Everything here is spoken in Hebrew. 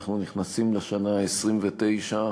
ואנחנו נכנסים לשנה ה-29,